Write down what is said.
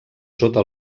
sota